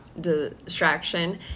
distraction